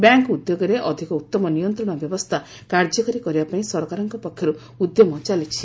bank ଉଦ୍ୟୋଗରେ ଅଧିକ ଉତ୍ତମ ନିୟନ୍ତ୍ରଣ ବ୍ୟବସ୍ଥା କାର୍ଯ୍ୟକାରୀ କରିବା ପାଇଁ ସରକାରଙ୍କ ପକ୍ଷରୁ ଉଦ୍ୟମ ଚାଲିଛି